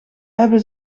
hebben